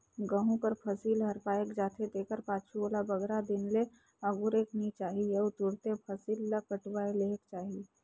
गहूँ कर फसिल हर पाएक जाथे तेकर पाछू ओला बगरा दिन ले अगुरेक नी चाही अउ तुरते फसिल ल कटुवाए लेहेक चाही